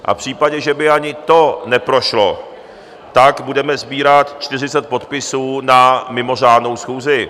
V případě, že by ani to neprošlo, tak budeme sbírat 40 podpisů na mimořádnou schůzi.